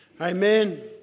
Amen